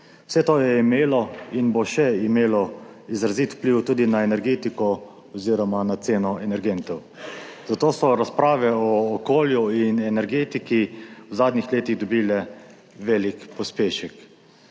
Vse to je imelo in bo še imelo izrazit vpliv tudi na energetiko oziroma na ceno energentov, zato so razprave o okolju in energetiki v zadnjih letih dobile velik pospešek.